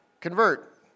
convert